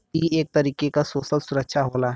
ई एक तरीके क सोसल सुरक्षा होला